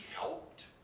helped